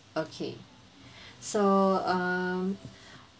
okay so um